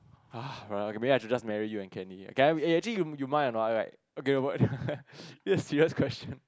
maybe I should just marry you and Kenny okay eh actually you mind or not like okay this is a serious question